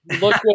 Look